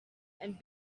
and